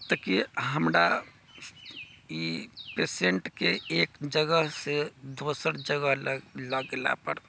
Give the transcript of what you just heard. तऽ कि हमरा ई पेशेंटके एक जगहसँ दोसर जगह लग लअ गेलापर